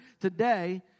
today